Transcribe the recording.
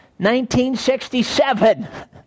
1967